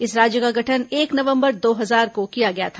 इस राज्य का गठन एक नवंबर दो हजार को किया गया था